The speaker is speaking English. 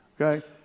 Okay